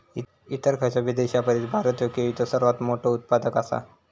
इतर खयचोबी देशापरिस भारत ह्यो केळीचो सर्वात मोठा उत्पादक आसा